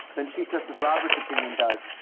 than chief justice roberts opinion does.